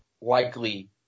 likely